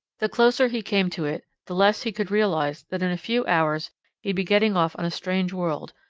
the closer he came to it, the less he could realize that in a few hours he'd be getting off on a strange world,